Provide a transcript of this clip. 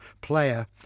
player